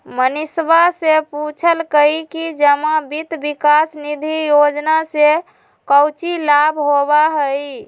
मनीषवा ने पूछल कई कि जमा वित्त विकास निधि योजना से काउची लाभ होबा हई?